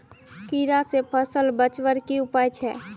कीड़ा से फसल बचवार की उपाय छे?